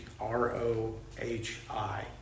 R-O-H-I